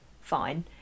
fine